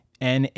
NA